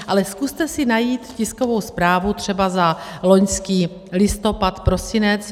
Ale zkuste si najít tiskovou zprávu třeba za loňský listopad, prosinec.